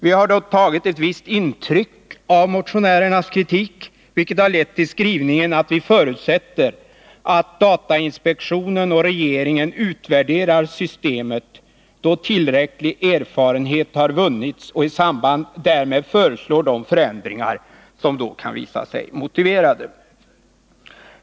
Vi har dock tagit ett visst intryck av motionärernas kritik, vilket har lett till skrivningen att vi förutsätter ”att datainspektionen och regeringen utvärderar systemet då tillräcklig erfarenhet vunnits och i samband därmed föreslår de förändringar som kan visa sig motiverade”.